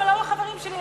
הם לא החברים שלי,